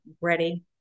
ready